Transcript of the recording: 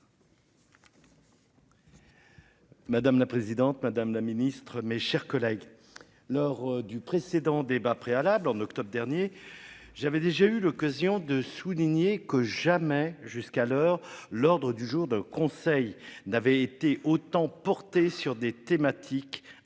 Madame la présidente Madame la Ministre, mes chers collègues lors du précédent débat préalable en octobre dernier. J'avais déjà eu l'occasion de souligner que jamais jusqu'à l'heure, l'ordre du jour de conseil n'avait été autant porter sur des thématiques internationales